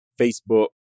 Facebook